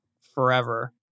forever